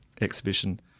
exhibition